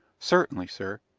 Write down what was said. certainly, sir!